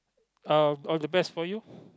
oh all the best for you